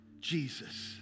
Jesus